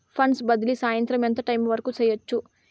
funds బదిలీ సాయంత్రం ఎంత టైము వరకు చేయొచ్చు